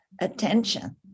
attention